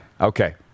Okay